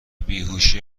بیهوشی